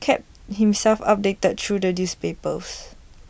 kept himself updated through the newspapers